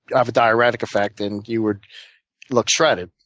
have a diuretic effect, and you would look shredded.